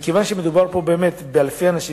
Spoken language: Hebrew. מכיוון שמדובר פה באמת באלפי אנשים,